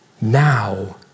now